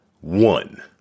one